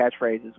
catchphrases